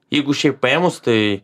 jeigu šiaip paėmus tai